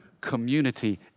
community